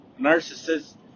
narcissist